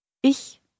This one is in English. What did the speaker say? Ich